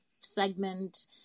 segment